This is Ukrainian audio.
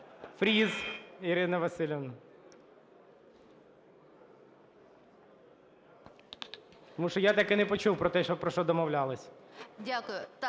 Дякую